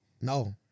No